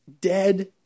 dead